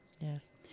Yes